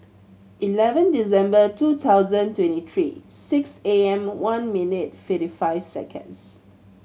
eleven December two thousand twenty three six A M One minute fifty five seconds